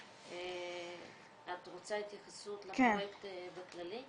את רוצה התייחסות לפרויקט בכללי?